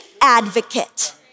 advocate